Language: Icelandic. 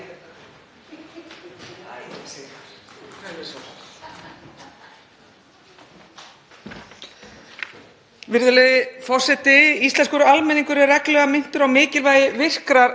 Virðulegi forseti. Íslenskur almenningur er reglulega minntur á mikilvægi virkrar